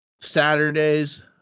saturdays